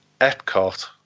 Epcot